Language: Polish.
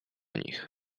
nich